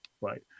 right